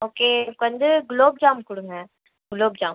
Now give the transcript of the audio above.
okay எனக்கு வந்து குலோப்ஜாம் கொடுங்க குலோப்ஜாம்